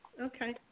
Okay